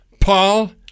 Paul